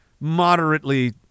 moderately